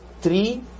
three